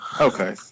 Okay